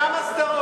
אבל כמה סדרות?